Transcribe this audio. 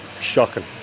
shocking